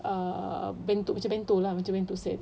err bento macam bento lah macam bento sets